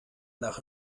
nach